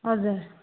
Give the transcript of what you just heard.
हजुर